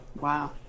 Wow